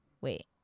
Wait